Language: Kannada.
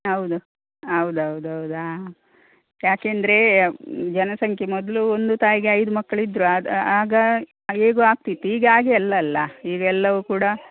ಹೌದು ಹೌದ್ ಹೌದ್ ಹೌದ್ ಹಾಂ ಯಾಕೇಂದರೆ ಜನಸಂಖ್ಯೆ ಮೊದಲು ಒಂದು ತಾಯಿಗೆ ಐದು ಮಕ್ಕಳು ಇದ್ದರೂ ಅದು ಆಗ ಹೇಗೋ ಆಗ್ತ ಇತ್ತು ಈಗ ಹಾಗೆ ಅಲ್ಲ ಅಲಾ ಈಗ ಎಲ್ಲವೂ ಕೂಡ